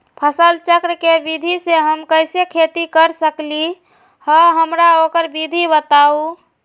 फसल चक्र के विधि से हम कैसे खेती कर सकलि ह हमरा ओकर विधि बताउ?